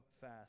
fast